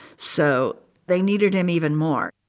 so they needed him even more